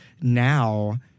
now